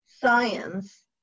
science